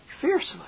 fiercely